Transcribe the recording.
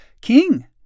king